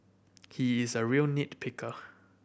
he is a real nit picker